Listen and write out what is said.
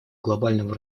глобального